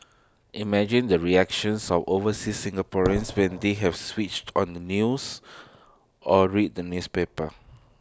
imagine the reactions of overseas Singaporeans when they have switched on the news or read the newspapers